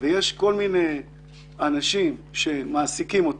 ויש כל מיני אנשים שמעסיקים את